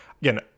again